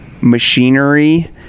machinery